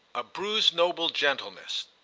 a bruised noble gentleness.